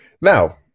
Now